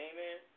Amen